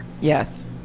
Yes